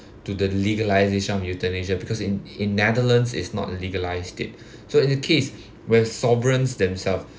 to the legalization of euthanasia because in in netherlands it's not legalized yet so in the case where sovereigns themselves